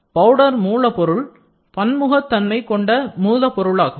powder மூலப்பொருளே பன்முகத்தன்மை கொண்ட மூலப்பொருளாகும்